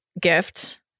gift